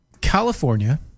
California